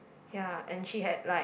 ya and she had like